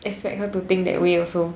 expect her to think that way also